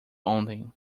ontem